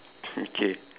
okay